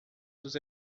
dos